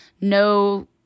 no